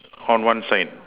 on one side